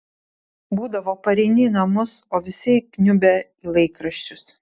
būdavo pareini į namus o visi įkniubę į laikraščius